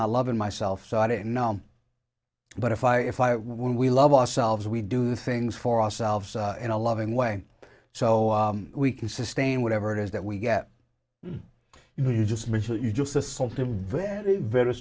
not loving myself so i don't know but if i if i when we love ourselves we do things for ourselves in a loving way so we can sustain whatever it is that we get you know you just mentioned you just assumptive very